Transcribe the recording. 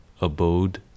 abode